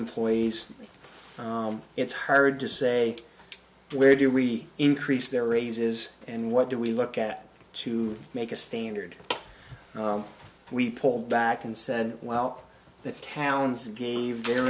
employees it's hard to say where do we increase their raises and what do we look at to make a standard we pulled back and said well that towns that gave their